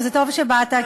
באתי